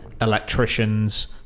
electricians